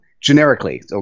generically